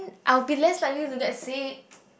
I will be late suddenly we get sick